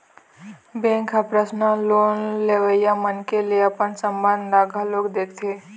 bank ह personal loan लेवइया मनखे ले अपन संबंध ल घलोक देखथे